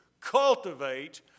Cultivate